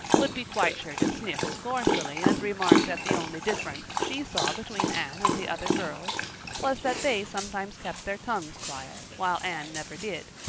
would be quite sure to sniff scornfully and remark that the only difference she saw between anne and the other girls was that they sometimes kept their tongues quiet while anne never did.